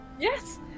yes